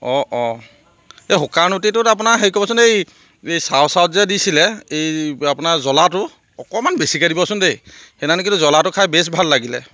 অঁ অঁ এই শুকান ৰুটিটোত আপোনাৰ হেৰি কৰিবচোন এই এই চাও চাওত যে দিছিলে এই আপোনাৰ জ্বলাটো অকণমান বেছিকৈ দিবচোন দেই সেইদিনাখন কিন্তু জ্বলাটো খাই বেছ ভাল লাগিলে